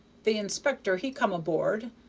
the inspector he come aboard,